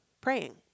praying